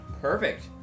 Perfect